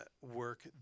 work